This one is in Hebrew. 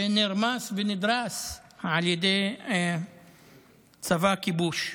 שנרמס ונדרס על ידי צבא כיבוש.